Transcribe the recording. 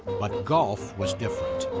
but golf was different!